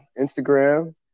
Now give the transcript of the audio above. Instagram